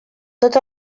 tot